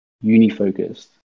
uni-focused